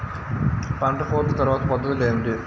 పంట కోత తర్వాత పద్ధతులు ఏమిటి?